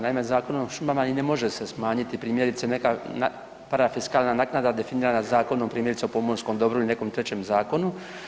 Naime Zakonom o šumama i ne može se smanjiti primjerice neka parafiskalna naknada definirana Zakonom primjerice o pomorskom dobru ili nekom trećem zakonu.